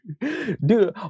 Dude